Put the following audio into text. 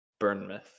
Burnmouth